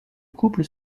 couple